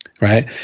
right